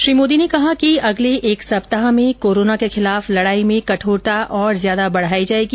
श्री मोदी ने कहा कि अगले एक सप्ताह में कोरोना के खिलाफ लडाई में कठोरता और ज्यादा बढाई जायेगी